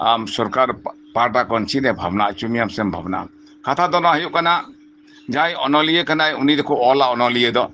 ᱟᱢ ᱥᱚᱨᱠᱟᱨ ᱯᱟᱦᱟᱴᱟ ᱠᱷᱚᱱ ᱪᱮᱫ ᱮ ᱵᱷᱟᱵᱽᱱᱟ ᱦᱚᱪᱚ ᱢᱮᱭᱟ ᱥᱮᱢ ᱵᱷᱟᱵᱽᱱᱟᱜᱼᱟ ᱠᱟᱛᱷᱟ ᱫᱚ ᱱᱚᱶᱟ ᱦᱳᱭᱳᱜ ᱠᱟᱱᱟ ᱡᱟᱦᱟᱸᱭ ᱚᱱᱚᱞᱤᱭᱟᱹ ᱠᱟᱱᱟᱭ ᱩᱱᱤ ᱫᱚᱠᱚ ᱚᱞᱟ ᱚᱱᱚᱞᱤᱭᱟᱹ ᱫᱚ